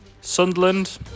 Sunderland